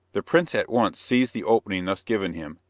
the prince at once seized the opening thus given him,